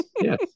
Yes